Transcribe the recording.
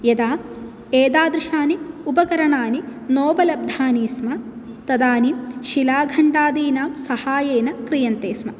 यदा एतादृशानि उपकरणानि नोपलब्धानि स्म तदानिं शिलाखण्डादिनां सहाय्येन क्रियन्ते स्म